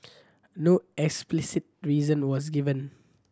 no explicit reason was given